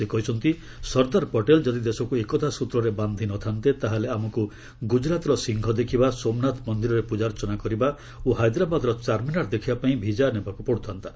ସେ କହିଛନ୍ତି ସର୍ଦ୍ଦାର ପଟେଲ୍ ଯଦି ଦେଶକୁ ଏକତା ସୂତ୍ରରେ ବାନ୍ଧି ନ ଥା'ନ୍ତେ ତାହାହେଲେ ଆମକୁ ଗୁଜରାତର ସିଂହ ଦେଖିବା ସୋମନାଥ ମନ୍ଦିରରେ ପୂଜାର୍ଚ୍ଚନା କରିବା ଓ ହାଇଦ୍ରାବାଦର ଚାର୍ମିନାର ଦେଖିବାପାଇଁ ବିଜା ନେବାକୁ ପଡ଼ୁଥା'ନ୍ତା